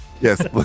yes